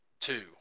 two